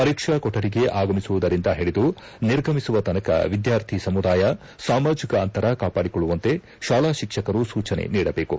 ಪರೀಕ್ಷಾ ಕೊಕಡಿಗೆ ಆಗಮಿಸುವುದರಿಂದ ಹಿಡಿದು ನಿರ್ಗಮಿಸುವ ತನಕ ವಿದ್ಲಾರ್ಥಿ ಸಮುದಾಯ ಸಾಮಾಜಿಕ ಅಂತರ ಕಾಪಾಡಿಕೊಳ್ಳುವಂತೆ ಶಾಲಾ ಶಿಕ್ಷಕರು ಸೂಚನೆ ನೀಡಬೇಕು